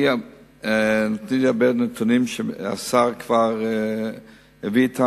נתנו לי הרבה נתונים שהשר כבר הביא אתו,